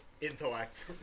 Intellect